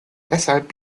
deshalb